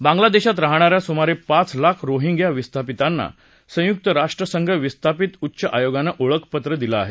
बांग्लादेशात राहणा या सुमारे पाच लाख रोहिंग्या विस्थापितांना संयुक्त राष्ट्रसंघ विस्थापित उच्चआयोगानं ओळखपत्रं दिली आहेत